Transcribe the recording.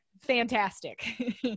fantastic